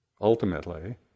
ultimately